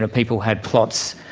ah people had plots,